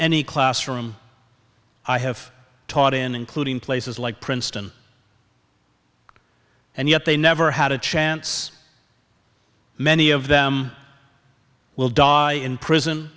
any classroom i have taught in including places like princeton and yet they never had a chance many of them will die in prison